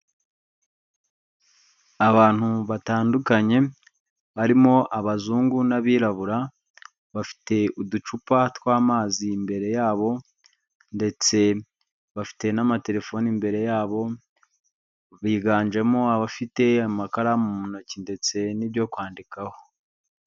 Abantu batandukanye barimo abazungu n'abirabura bafite uducupa tw'amazi imbere yabo ndetse bafite n'amatelefoni imbere yabo, biganjemo abafite amakaramu mu ntoki ndetse n'ibyo kwandikaho.